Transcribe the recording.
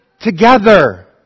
together